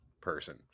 person